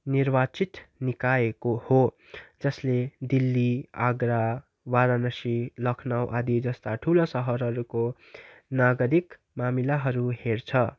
निर्वाचित निकायको हो जसले दिल्ली आग्रा वाराणशी लखनऊ आदि जस्ता ठुला सहरहरूको नागरिक मामिलाहरू हेर्छ